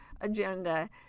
agenda